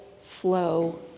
flow